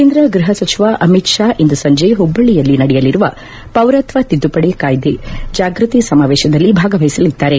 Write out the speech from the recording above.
ಕೇಂದ್ರ ಗೃಹ ಸಚಿವ ಅಮಿತ್ ಷಾ ಇಂದು ಸಂಜೆ ಹುಬ್ಬಳ್ಳಿಯಲ್ಲಿ ನಡೆಯಲಿರುವ ಪೌರತ್ವ ತಿದ್ದುಪದಿ ಕಾಯ್ದೆ ಜಾಗೃತಿ ಸಮಾವೇಶದಲ್ಲಿ ಭಾಗವಹಿಸಲಿದ್ದಾರೆ